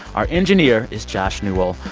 our engineer is josh newell.